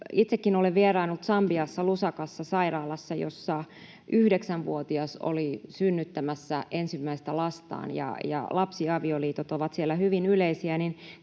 Itsekin olen vieraillut Sambiassa Lusakassa sairaalassa, jossa yhdeksänvuotias oli synnyttämässä ensimmäistä lastaan, ja lapsiavioliitot ovat siellä hyvin yleisiä.